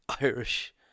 Irish